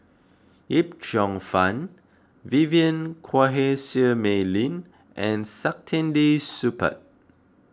Yip Cheong Fun Vivien Quahe Seah Mei Lin and Saktiandi Supaat